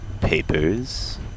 papers